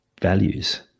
values